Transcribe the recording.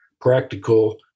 practical